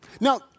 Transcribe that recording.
Now